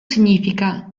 significa